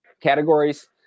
categories